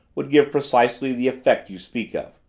would give precisely the effect you speak of.